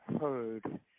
heard